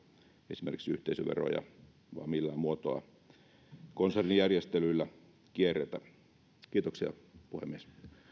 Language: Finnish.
esimerkiksi yhteisöveroja millään muotoa konsernijärjestelyillä kierretä kiitoksia puhemies